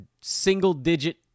single-digit